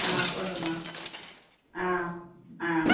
ஆ சொல்லுங்க ஆ ஆ